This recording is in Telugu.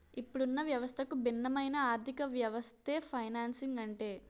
ఇప్పుడున్న వ్యవస్థకు భిన్నమైన ఆర్థికవ్యవస్థే ఫైనాన్సింగ్ అంటే